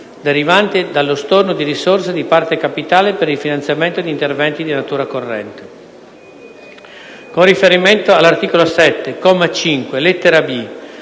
derivante dallo storno di risorse di parte capitale per il finanziamento di interventi di natura corrente; – con riferimento all’articolo 7, comma 5,